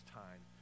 time